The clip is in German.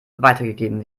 weitergegeben